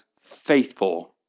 faithful